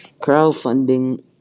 crowdfunding